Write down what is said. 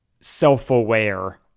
self-aware